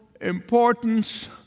importance